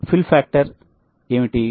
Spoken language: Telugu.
పూరక కారకం ఏమిటి